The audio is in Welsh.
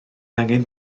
angen